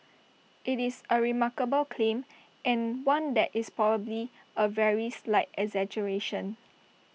IT is A remarkable claim and one that is probably A very slight exaggeration